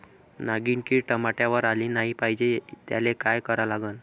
नागिन किड टमाट्यावर आली नाही पाहिजे त्याले काय करा लागन?